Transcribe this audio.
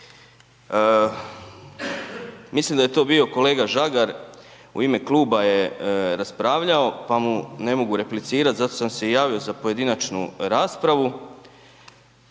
Mislim da je to bio kolega Žagar u ime kluba je raspravljao, pa mu ne mogu replicirati, zato sam se i javio za pojedinačnu raspravu.